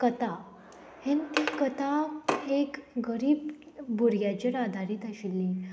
कथा हे कथा एक गरीब भुरग्यांचेर आदारीत आशिल्ली